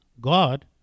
God